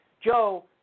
Joe